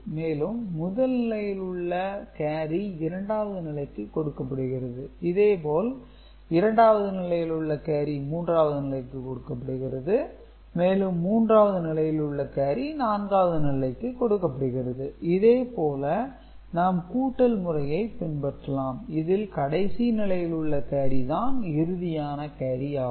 மேலும் முதல் நிலையில் உள்ள கேரி இரண்டாவது நிலைக்கு கொடுக்கப்படுகிறது இதேபோல் இரண்டாவது நிலையில் உள்ள கேரி மூன்றாவது நிலைக்கு கொடுக்கப்படுகிறது மேலும் மூன்றாவது நிலையில் உள்ள கேரி நான்காவது நிலைக்கு கொடுக்கப்படுகிறது இதுபோல நாம் கூட்டல் முறையை பின்பற்றலாம் இதில் கடைசி நிலையில் உள்ள கே ரி தான் இறுதியான கேரி ஆகும்